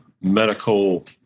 medical